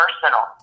personal